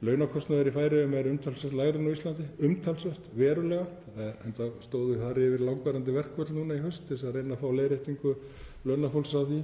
að launakostnaður í Færeyjum er umtalsvert lægri en á Íslandi, umtalsvert, verulega, enda stóðu þar yfir langvarandi verkföll núna í haust til að reyna að fá leiðréttingu launafólks á því.